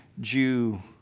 Jew